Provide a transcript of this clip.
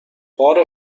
بار